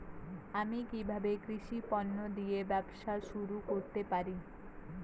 আমি কিভাবে কৃষি পণ্য দিয়ে ব্যবসা শুরু করতে পারি?